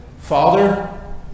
Father